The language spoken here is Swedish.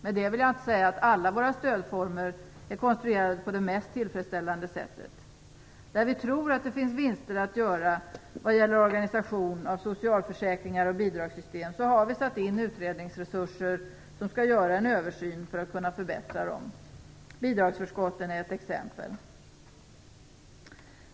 Med det vill jag inte säga att alla våra stödformer är konstruerade på det mest tillfredsställande sättet. Där vi tror att det finns vinster att göra vad gäller organisation av socialförsäkringar och bidragssystem har vi satt in utredningsresurser som skall göra en översyn för att kunna förbättra dem. Bidragsförskotten är ett exempel.